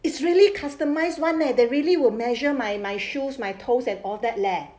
it's really customised one leh they really will measure my my shoes my toes and all that leh